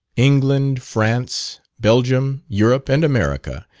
england, france, belgium, europe, and america,